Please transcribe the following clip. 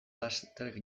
laster